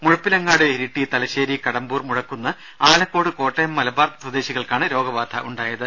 മുഴപ്പിലങ്ങാട് ഇരിട്ടി തലശ്ശേരി കടമ്പൂർ മുഴക്കുന്ന് ആലക്കോട് കോട്ടയം മലബാർ സ്വദേശികൾക്കാണ് രോഗ ബാധ ഉണ്ടായത്